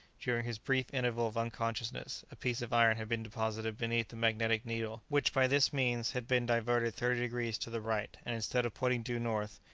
during his brief interval of unconsciousness a piece of iron had been deposited beneath the magnetic needle, which by this means had been diverted thirty degrees to the right, and, instead of pointing due north,